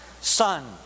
Son